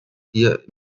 hier